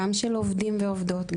גם של עובדים ועובדות,